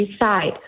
decide